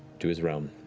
to his realm.